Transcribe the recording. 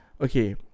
Okay